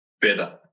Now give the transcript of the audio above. better